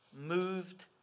Moved